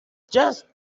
just